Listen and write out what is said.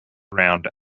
round